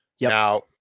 Now